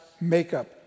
makeup